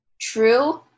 True